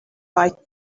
right